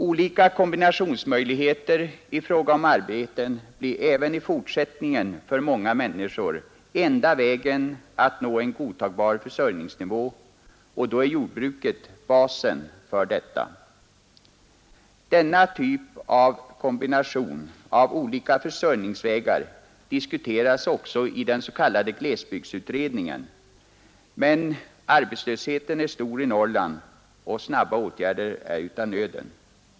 Olika kombinationsmöjligheter i fråga om arbeten blir även i fortsättningen för många människor enda vägen att nå en godtagbar försörjningsnivå, och jordbruket är basen för detta. Denna typ av kombination av olika försörjningsvägar diskuteras också i den s.k. glesbygdsutredningen, men arbetslösheten är stor i Norrland, och snabba åtgärder är av nöden.